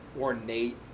ornate